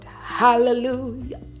Hallelujah